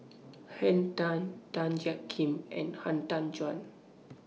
Henn Tan Tan Jiak Kim and Han Tan Juan